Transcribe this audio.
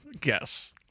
guess